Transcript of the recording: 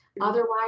otherwise